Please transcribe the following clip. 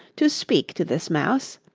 to speak to this mouse?